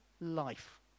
life